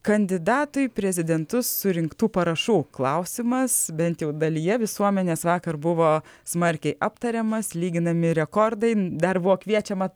kandidatų į prezidentus surinktų parašų klausimas bent jau dalyje visuomenės vakar buvo smarkiai aptariamas lyginami rekordai dar buvo kviečiama